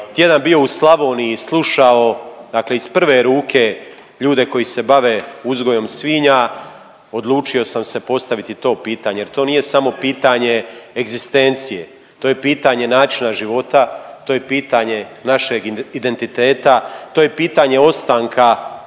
tjedan bio u Slavoniji slušao, dakle iz prve ruke ljude koji se bave uzgojom svinja odlučio sam se postaviti to pitanje jer to nije samo pitanje egzistencije. To je pitanje načina života, to je pitanje našeg identiteta, to je pitanje ostanka